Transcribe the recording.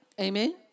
Amen